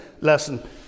lesson